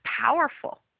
powerful